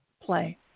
play